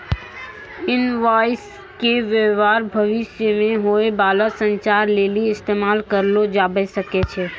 invoice के व्य्वहार भविष्य मे होय बाला संचार लेली इस्तेमाल करलो जाबै सकै छै